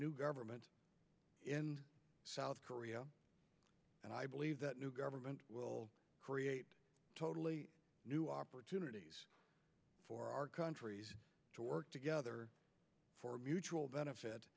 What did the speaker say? new government in south korea and i believe that new government will create totally new opportunities for our countries to work together for mutual benefit